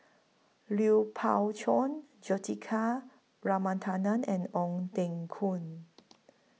Lui Pao Chuen Juthika and Ong Teng Koon